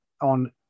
on